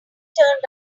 turned